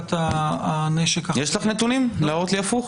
לסוגיית הנשק --- יש לך נתונים להראות לי הפוך?